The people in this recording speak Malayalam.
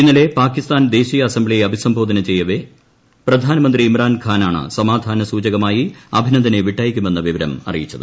ഇന്നലെ പാകിസ്ഥാൻ ദേശീയ അസംബ്ലിയെ അഭിസംബോധന ചെയ്യവേ പ്രധാനമന്ത്രി ഇമ്രാൻ ഖാനാണ് സമാധാന സൂചകമായി അഭിനന്ദനെ വിട്ടയ്ക്കുമെന്ന വിവരം അറിയിച്ചത്